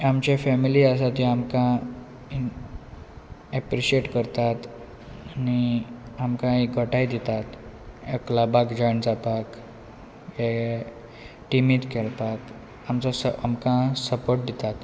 आमची फॅमिली आसा ती आमकां एप्रिशिएट करतात आनी आमकां एक घटाय दितात क्लाबाक जॉयन जावपाक हे टिमींत खेळपाक आमचो स आमकां सपोर्ट दितात